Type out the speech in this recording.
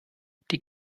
die